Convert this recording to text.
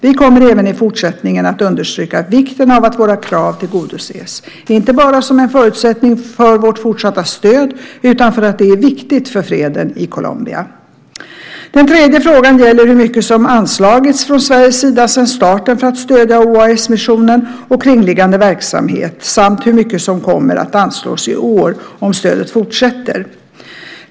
Vi kommer även i fortsättningen att understryka vikten av att våra krav tillgodoses - inte bara som en förutsättning för vårt fortsatta stöd, utan för att det är viktigt för freden i Colombia. Den tredje frågan gäller hur mycket som anslagits från Sveriges sida sedan starten för att stödja OAS-missionen och kringliggande verksamhet, samt hur mycket som kommer att anslås i år om stödet fortsätter.